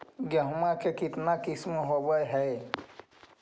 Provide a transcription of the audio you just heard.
गेहूमा के कितना किसम होबै है?